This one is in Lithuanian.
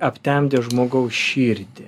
aptemdė žmogaus širdį